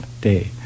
Day